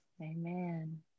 amen